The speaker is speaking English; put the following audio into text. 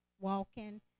walking